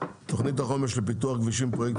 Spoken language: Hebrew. בנושא תכנית החומש לפיתוח כבישים ופרויקטים